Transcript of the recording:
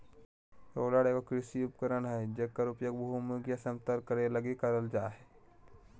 roller एगो कृषि उपकरण हइ जेकर उपयोग भूमि के समतल करे लगी करल जा हइ